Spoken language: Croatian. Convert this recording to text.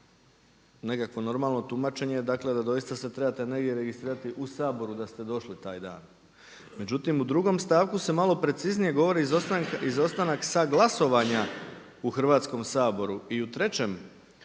nekakvo normalno tumačenje, dakle da doista se trebate negdje registrirati u Saboru da ste došli taj dan. Međutim, u drugom stavku se malo preciznije govori, izostanak sa glasovanja u Hrvatskom saboru. I u 3. stavku